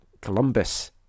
Columbus